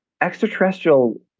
extraterrestrial